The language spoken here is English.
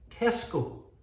Tesco